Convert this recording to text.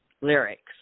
Lyrics